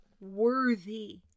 worthy